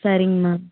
சரிங்கம்மா